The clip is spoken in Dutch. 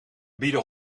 bieden